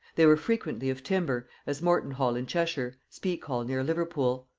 they were frequently of timber, as moreton-hall in cheshire, speke-hall near liverpool.